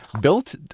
Built